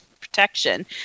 protection